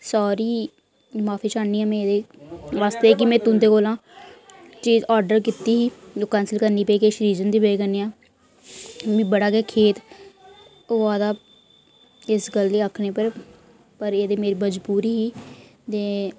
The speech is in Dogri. सॉरी माफ़ी चाह्न्नी आं मै एह्दे बास्तै कि मै तुं'दे कोला चीज आर्डर कीती ही जो कैंसल करनी पेई किश रीजन दी वजह कन्नै मिगी बड़ा गै खेद होआ दा इस गल्ल दी अक्खने पर पर एह् ते मेरी मजबूरी ही ते